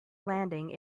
landing